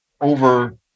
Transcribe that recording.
over